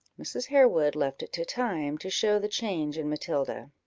mrs. harewood left it to time to show the change in matilda.